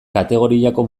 kategoriako